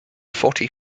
forty